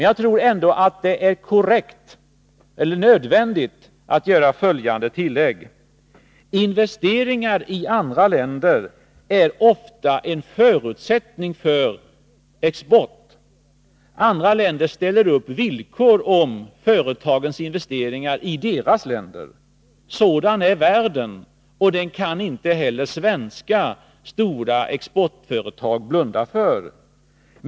Jag tror ändå att det är nödvändigt att göra följande tillägg: Investeringar i andra länder är ofta en förutsättning för export. Andra länder ställer upp villkor om företagens investeringar i deras länder. Sådan är världen, och den kan inte heller stora svenska företag blunda för.